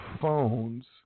phones